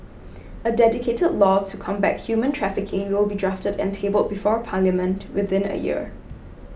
a dedicated law to combat human trafficking will be drafted and tabled before parliament within a year